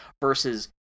versus